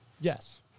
Yes